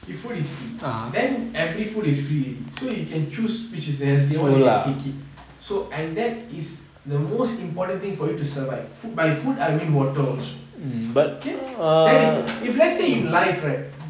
if food is free then every food is free already so you can choose which is the healthy [one] you can take it so and that is the most important thing for you to survive food by food I mean water also that is if let's say in life right